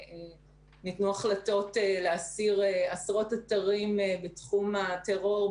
נתקבלו החלטות להסיר עשות אתרים מתחומי הטרור,